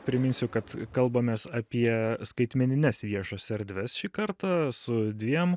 priminsiu kad kalbamės apie skaitmenines viešas erdves šį kartą su dviem